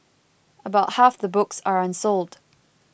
about half the books are unsold